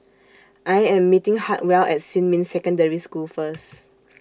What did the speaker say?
I Am meeting Hartwell At Xinmin Secondary School First